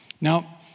Now